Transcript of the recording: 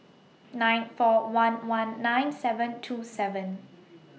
nine four one one nine seven two seven